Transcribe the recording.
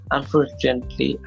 Unfortunately